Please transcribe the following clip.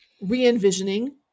re-envisioning